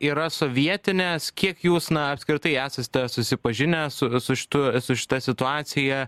yra sovietinės kiek jūs na apskritai esate susipažinęs su su šitu su šita situacija